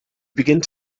begins